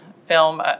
film